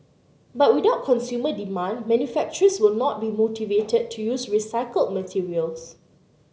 but without consumer demand manufacturers will not be motivated to use recycled materials